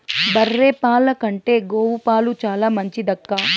బర్రె పాల కంటే గోవు పాలు చాలా మంచిదక్కా